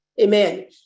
Amen